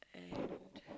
and